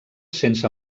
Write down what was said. sense